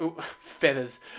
Feathers